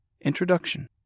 Introduction